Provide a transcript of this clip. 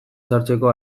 sartzeko